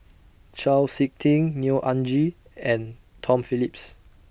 Chau Sik Ting Neo Anngee and Tom Phillips